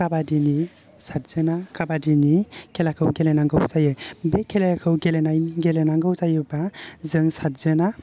खाबादिनि सादजना खाबादिनि खेलाखौ गेलेनांगौ जायो बे खेलाखौ गेलेनायनि गेलेनांगौ जायोबा जों सादजना